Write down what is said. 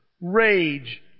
rage